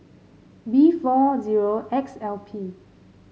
B four zero X L P